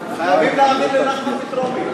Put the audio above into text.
להעביר את הצעת חוק החלפת המונח מעביד